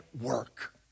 work